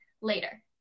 later